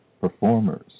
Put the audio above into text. performers